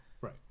Right